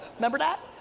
remember that?